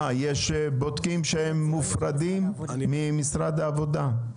אה יש בודקים שמופרדים ממשרד העובדה?